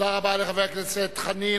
תודה רבה לחבר הכנסת חנין.